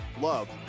love